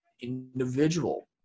individual